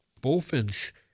Bullfinch